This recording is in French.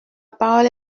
parole